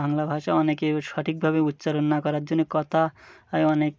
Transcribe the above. বাংলা ভাষা অনেকে সঠিকভাবে উচ্চারণ না করার জন্যে কথা অনেক